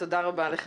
תודה רבה לך.